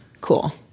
Cool